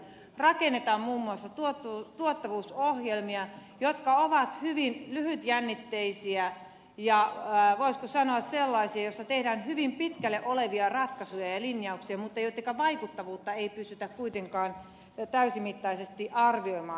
rakennetaan muun muassa tuottavuusohjelmia jotka ovat hyvin lyhytjännitteisiä ja voisiko sanoa sellaisia joissa tehdään hyvin pitkälle meneviä ratkaisuja ja linjauksia mutta joiden vaikuttavuutta ei pystytä kuitenkaan täysimittaisesti arvioimaan